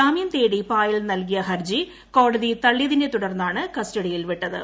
ജാമ്യം തേടി പായൽ നൽകിയ ഹർജി കോടതി തള്ളിയതിനെ തുടർന്നാണ് കസ്റ്റഡിയിൽ വിട്ടത്